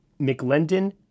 McLendon